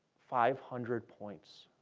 five hundred points.